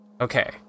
okay